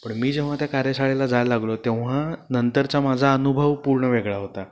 पण मी जेव्हा त्या कार्यशाळेला जायला लागलो तेव्हा नंतरचा माझा अनुभव पूर्ण वेगळा होता